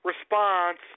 response